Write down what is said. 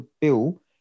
bill